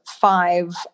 five